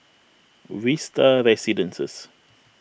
Vista Residences